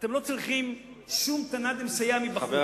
אתם לא צריכים שום תנא דמסייע מבחוץ,